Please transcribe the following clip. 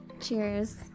cheers